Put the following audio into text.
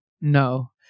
No